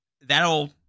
that'll